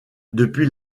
depuis